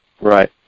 right